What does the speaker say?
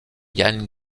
ian